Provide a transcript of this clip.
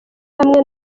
hamwe